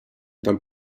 dal